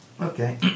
Okay